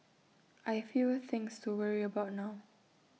I've fewer things to worry about now